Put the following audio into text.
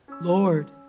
Lord